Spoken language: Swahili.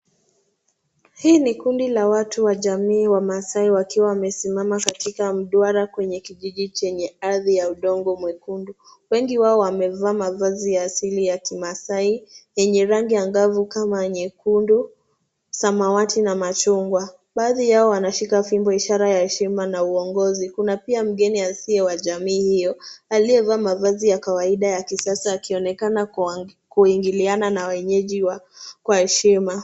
Hii ni kundi la watu wa jamii wamaasai, wakiwa wamesimama katika mduara kwenye kijiji chenye ardhi ya udongo mwekundu. Wengi wao wamevaa mavazi ya asili ya kimaasai yenye rangi angavu kama nyekundu, samawati na machungwa. Baadhi yao wanashika fimbo, ishara ya heshima na uongozi. Kuna pia mgeni asiye wa jamii hiyo, aliyevaa mavazi ya kawaida ya kisasa, akionekana kuingiliana na wenyeji kwa heshima.